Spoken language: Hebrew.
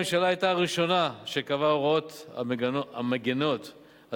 הממשלה היתה הראשונה שקבעה הוראות המגינות על